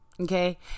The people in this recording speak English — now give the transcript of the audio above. okay